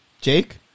Jake